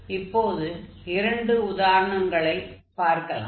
இப்போது இரண்டு உதாரணங்களைப் பார்க்கலாம்